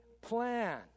plan